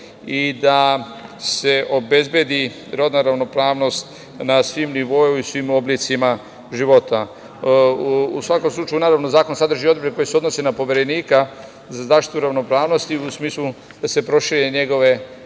i da se obezbedi rodna ravnopravnost na svim nivoima kao i svim oblicima života.U svakom slučaju, zakon sadrži odredbe koje se odnose na Poverenika za zaštitu ravnopravnosti u smislu da se prošire njegove